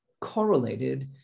correlated